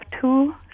two